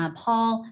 paul